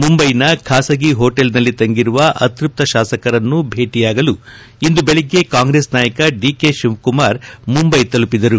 ಮುಂಬೈನ ಖಾಸಗಿ ಹೋಟೆಲ್ನಲ್ಲಿ ತಂಗಿರುವ ಅತೃಪ್ತ ಶಾಸಕರನ್ನು ಭೇಟಯಾಗಲು ಇಂದು ಬೆಳಗ್ಗೆ ಕಾಂಗ್ರೆಸ್ ನಾಯಕ ಡಿ ಕೆ ಶಿವಕುಮಾರ್ ಮುಂಬೈ ತಲುಪಿದ್ಗರು